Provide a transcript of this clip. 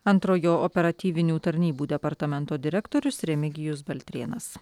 antrojo operatyvinių tarnybų departamento direktorius remigijus baltrėnas